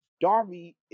Darby